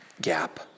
gap